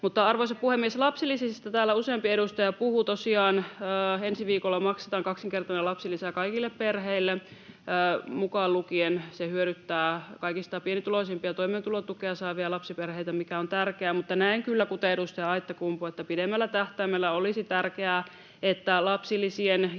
Arvoisa puhemies! Lapsilisistä täällä useampi edustaja puhui. Tosiaan ensi viikolla maksetaan kaksinkertainen lapsilisä kaikille perheille. Mukaan lukien se hyödyttää kaikista pienituloisimpia, toimeentulotukea saavia lapsiperheitä, mikä on tärkeää, mutta näen kyllä kuten edustaja Aittakumpu, että pidemmällä tähtäimellä olisi tärkeää, että lapsilisien